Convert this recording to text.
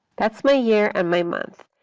that's my year and my month.